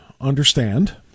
understand